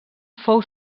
fou